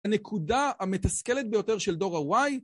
הנקודה המתסכלת ביותר של דור ה-Y